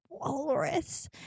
Walrus